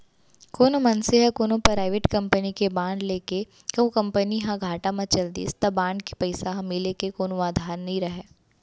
कोनो मनसे ह कोनो पराइबेट कंपनी के बांड ले हे कहूं कंपनी ह घाटा म चल दिस त बांड के पइसा ह मिले के कोनो अधार नइ राहय